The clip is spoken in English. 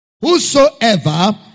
Whosoever